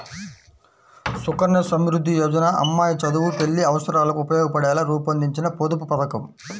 సుకన్య సమృద్ధి యోజన అమ్మాయి చదువు, పెళ్లి అవసరాలకు ఉపయోగపడేలా రూపొందించిన పొదుపు పథకం